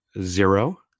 zero